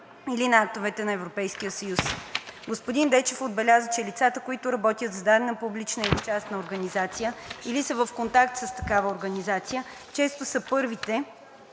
или на актове на Европейския съюз. Господин Дечев отбеляза, че лицата, които работят за дадена публична или частна организация или са в контакт с такава организация, често са първите,